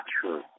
true